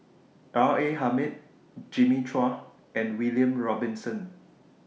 R A Hamid Jimmy Chua and William Robinson